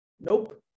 Nope